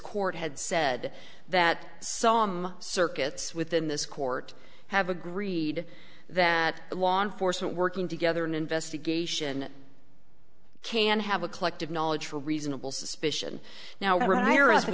court had said that some circuits within this court have agreed that law enforcement working together an investigation can have a collective knowledge for reasonable suspicion now